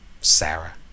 Sarah